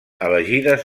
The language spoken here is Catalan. elegides